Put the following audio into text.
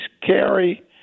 carry